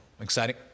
Exciting